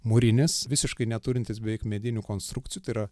mūrinis visiškai neturintis beveik medinių konstrukcijų tai yra